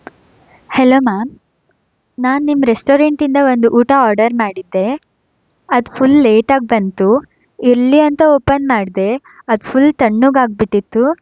hello ma'am ನಾನು ನಿಮ್ಮ ರೆಸ್ಟೋರೆಂಟಿಂದ ಒಂದು ಊಟ ಆರ್ಡರ್ ಮಾಡಿದ್ದೆ ಅದು ಫುಲ್ ಲೇಟಾಗಿ ಬಂತು ಇರಲಿ ಅಂತ ಓಪನ್ ಮಾಡಿದೆ ಅದು ಫುಲ್ ತಣ್ಣಗಾಗಿಬಿಟ್ಟಿತ್ತು